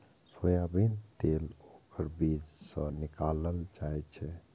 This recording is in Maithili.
सोयाबीन तेल ओकर बीज सं निकालल जाइ छै